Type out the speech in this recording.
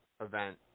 event